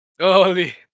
Holy